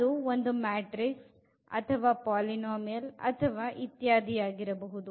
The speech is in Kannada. ಅದು ಒಂದು ಮ್ಯಾಟ್ರಿಕ್ಸ್ ಪೊಲಿನೋಮಿಯಲ್ ಅಥವಾ ಇತ್ಯಾದಿ ಯಾಗಿರಬಹುದು